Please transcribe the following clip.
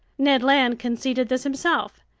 ned land conceded this himself.